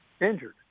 Injured